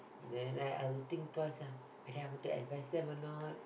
then I would think twice ah whether I want to advise them or not